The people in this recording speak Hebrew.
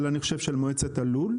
מועצת הלול.